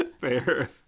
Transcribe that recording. Fair